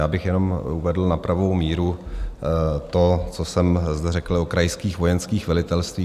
Já bych jenom uvedl na pravou míru to, co jsem zde řekl o krajských vojenských velitelstvích.